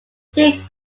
see